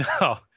No